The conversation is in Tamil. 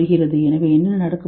எனவே என்ன நடக்கப்போகிறது